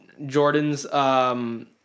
Jordans